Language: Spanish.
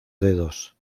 dedos